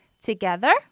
Together